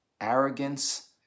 arrogance